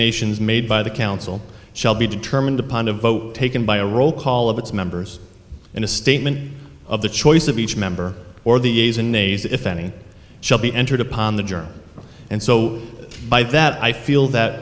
nations made by the council shall be determined upon a vote taken by a roll call of its members and a statement of the choice of each member or the azan nays if any shall be entered upon the journey and so by that i feel that